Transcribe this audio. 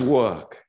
work